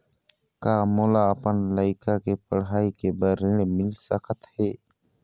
का मोला अपन लइका के पढ़ई के बर ऋण मिल सकत हे?